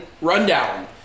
rundown